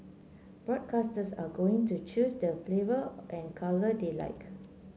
broadcasters are going to choose the flavour and colour they like